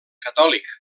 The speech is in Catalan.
catòlic